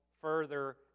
further